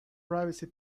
privacy